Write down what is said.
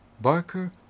Barker